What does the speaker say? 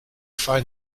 find